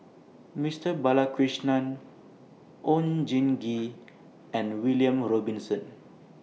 Mister Balakrishnan Oon Jin Gee and William Robinson